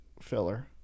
filler